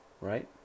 Right